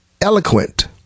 eloquent